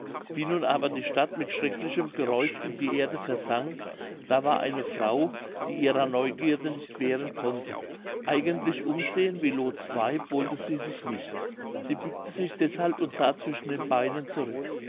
wie nun aber die stadt mit schrecklichem geräusch in die erde versank da war eine frau die ihrer neugierde nicht wehren konnte eigentlich umsehen wie loths weib wollte sie sich nicht sie bückte sich deshalb und sah zwischen den beinen zurück